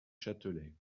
châtelet